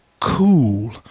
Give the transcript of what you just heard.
cool